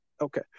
okay